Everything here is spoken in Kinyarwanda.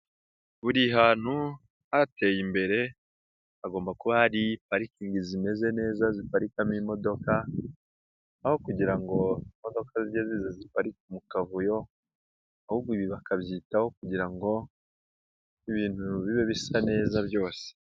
Buri hantu hateye imbere, hagomba kuba hari parikingi zimeze neza ziparikamo imodoka, aho kugira ngo imodoka zijye ziparike mu kavuyo ahubwo ibi bakabyitaho kugira ngo ibintu bibe bisa neza byose.